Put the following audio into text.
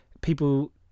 People